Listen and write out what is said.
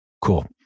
Cool